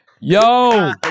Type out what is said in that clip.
Yo